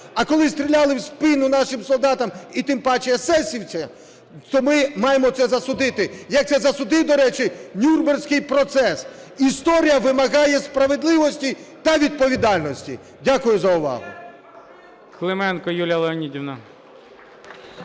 А коли стріляли в спину нашим солдатам і тим паче есесівцям, то ми маємо це засудити, як це засудив, до речі, Нюрнберзький процес. Історія вимагає справедливості та відповідальності. Дякую за увагу.